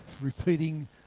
repeating